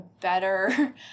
better